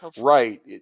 right